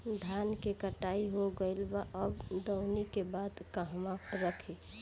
धान के कटाई हो गइल बा अब दवनि के बाद कहवा रखी?